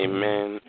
Amen